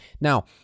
Now